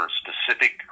specific